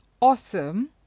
awesome